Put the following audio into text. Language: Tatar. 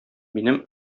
минем